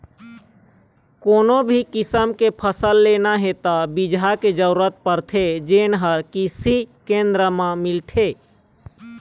कोनो भी किसम के फसल लेना हे त बिजहा के जरूरत परथे जेन हे कृषि केंद्र म मिलथे